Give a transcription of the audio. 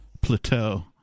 plateau